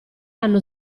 hanno